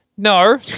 No